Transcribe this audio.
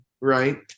right